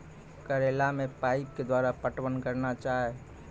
करेला मे पाइप के द्वारा पटवन करना जाए?